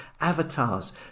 avatars